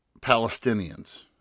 Palestinians